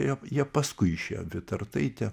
jie jie paskui išėjo vitartaitė